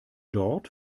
dort